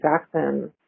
Jackson